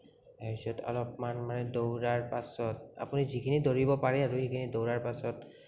তাৰপাছত মানে অলপমান মানে দৌৰাৰ পাছত আপুনি যিখিনি দৌৰিব পাৰে আৰু সেইখিনি দৌৰাৰ পাছত